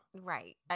Right